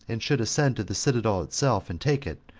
and should ascend to the citadel itself and take it,